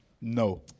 No